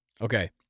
Okay